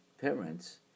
parents